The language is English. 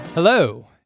Hello